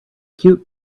cute